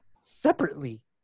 separately